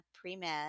pre-med